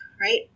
right